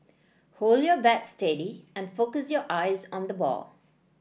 hold your bat steady and focus your eyes on the ball